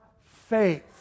faith